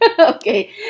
Okay